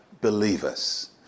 believers